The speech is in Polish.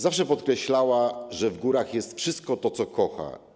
Zawsze podkreślała, że w górach jest wszystko to, co kocha.